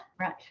Right